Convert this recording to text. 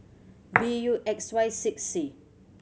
B U X Y six C